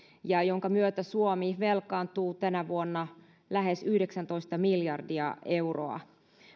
ja jonka myötä suomi velkaantuu tänä vuonna lähes yhdeksäntoista miljardia euroa